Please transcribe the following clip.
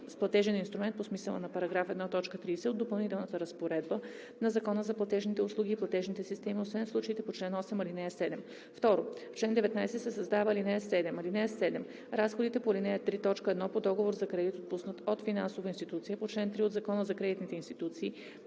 Разходите по ал. 3, т. 1 по договор за кредит, отпуснат от финансова институция по чл. 3 от Закона за кредитните институции,